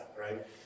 right